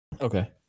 Okay